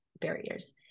barriers